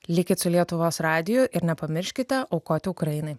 likit su lietuvos radiju ir nepamirškite aukoti ukrainai